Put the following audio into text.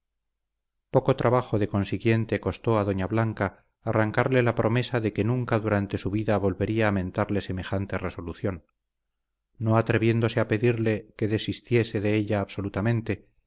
poco trabajo de consiguiente costó a doña blanca arrancarle la promesa de que nunca durante su vida volvería a mentarle semejante resolución no atreviéndose a pedirle que desistiese de ella absolutamente